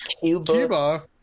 Cuba